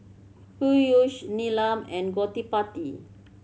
Peyush Neelam and Gottipati